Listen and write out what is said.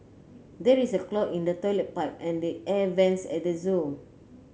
there is a clog in the toilet pipe and the air vents at the zoo